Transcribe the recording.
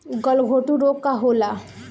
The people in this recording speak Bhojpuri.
गलघोंटु रोग का होला?